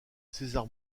césar